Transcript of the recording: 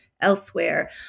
elsewhere